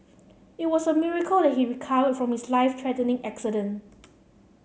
it was a miracle that he recovered from his life threatening accident